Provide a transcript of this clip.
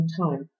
time